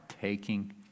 taking